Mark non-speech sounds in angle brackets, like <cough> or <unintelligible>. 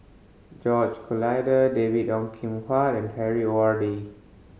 George Collyer David Ong Kim Huat and Harry <unintelligible>